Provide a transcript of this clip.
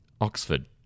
Oxford